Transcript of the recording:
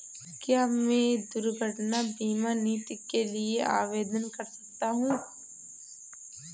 क्या मैं दुर्घटना बीमा नीति के लिए आवेदन कर सकता हूँ?